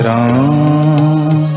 Ram